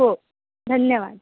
हो धन्यवाद